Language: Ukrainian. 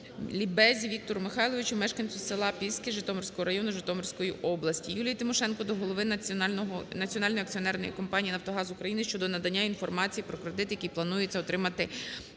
Лібезі Віктору Михайловичу, мешканцю села Піски Житомирського району Житомирської області. Юлії Тимошенко до голови правління Національної акціонерної компанії "Нафтогаз України" щодо надання інформації про кредит, який планується отримати